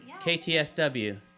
KTSW